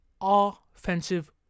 offensive